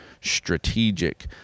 strategic